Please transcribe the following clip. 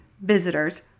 visitors